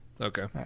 Okay